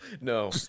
No